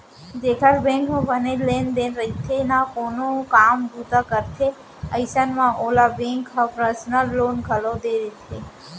जेकर बेंक म बने लेन देन रइथे ना कोनो काम बूता करथे अइसन म ओला बेंक ह पर्सनल लोन घलौ दे देथे